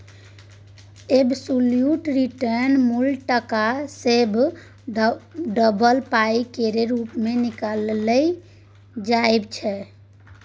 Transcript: absolute return मुल टका सँ बढ़ल पाइ केर रुप मे निकालल जाइ छै